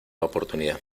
oportunidad